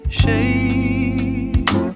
shade